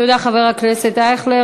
תודה, חבר הכנסת אייכלר.